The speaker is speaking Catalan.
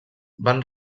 van